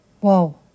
Wow